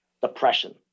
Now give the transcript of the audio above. depression